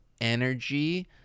energy